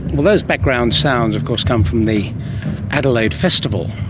well, those background sounds of course come from the adelaide festival,